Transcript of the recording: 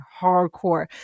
hardcore